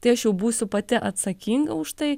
tai aš jau būsiu pati atsakinga už tai